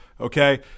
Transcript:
Okay